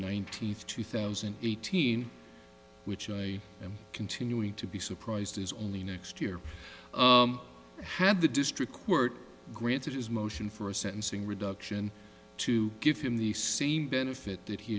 nineteenth two thousand and eighteen which i am continuing to be surprised is only next year had the district court granted his motion for a sentencing reduction to give him the same benefit that he